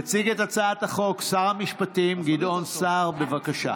יציג את הצעת החוק שר המשפטים גדעון סער, בבקשה.